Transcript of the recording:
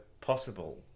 possible